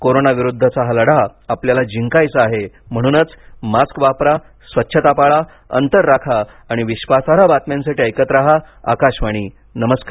corona विरुद्धचा हा लढा आपल्याला जिंकायचा आहे म्हणूनच मास्क वापरा स्वच्छता पाळा अंतर राखा आणि विश्वासार्ह बातम्यांसाठी ऐकत रहा आकाशवाणी नमस्कार